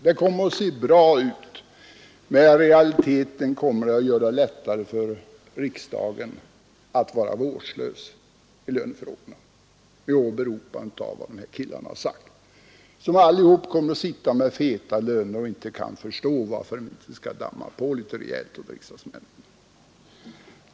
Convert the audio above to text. Det kommer att se bra ut, men i realiteten kommer det bara att göra det lättare för riksdagen att vara låt mig säga vårdslös i lönefrågorna med åberopande av vad dessa kommitterade har sagt, som allesammans naturligtvis kommer att ha goda inkomster och inte kan förstå varför man inte skall damma på rejält åt riksdagsmännen också.